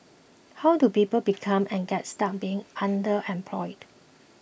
how do people become and get stuck being underemployed